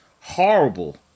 horrible